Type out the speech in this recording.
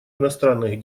иностранных